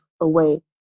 away